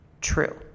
true